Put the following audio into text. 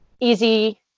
easy